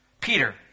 Peter